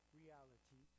reality